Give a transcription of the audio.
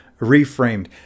ReFramed